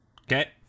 Okay